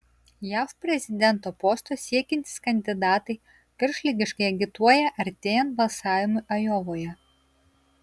jav prezidento posto siekiantys kandidatai karštligiškai agituoja artėjant balsavimui ajovoje